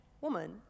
Woman